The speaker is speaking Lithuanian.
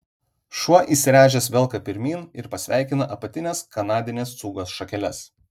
šuo įsiręžęs velka pirmyn ir pasveikina apatines kanadinės cūgos šakeles